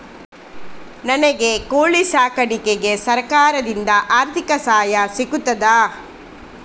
ನನಗೆ ಕೋಳಿ ಸಾಕಾಣಿಕೆಗೆ ಸರಕಾರದಿಂದ ಆರ್ಥಿಕ ಸಹಾಯ ಸಿಗುತ್ತದಾ?